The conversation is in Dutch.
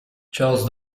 charles